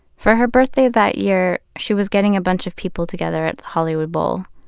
for her birthday that year, she was getting a bunch of people together at hollywood bowl.